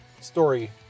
story